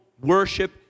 worship